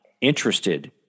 interested